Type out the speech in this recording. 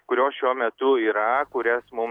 kurios šiuo metu yra kurias mum